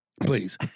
Please